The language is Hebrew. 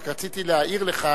רק רציתי להעיר לך,